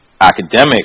academic